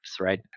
right